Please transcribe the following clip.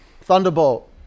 Thunderbolt